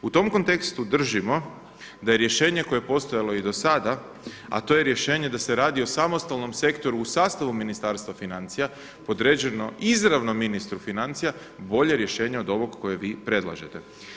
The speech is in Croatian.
U tom kontekstu držimo da je rješenje koje je postojalo i do sada, a to je rješenje da se radi o samostalnom sektoru u sastavu Ministarstva financija podređeno izravno ministru financija bolje rješenje od ovog koje vi predlažete.